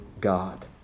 God